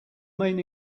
main